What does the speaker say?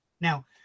Now